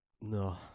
no